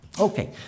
Okay